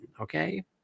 okay